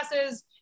classes